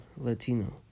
Latino